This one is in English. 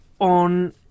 on